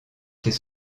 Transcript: ses